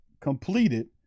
completed